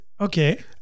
Okay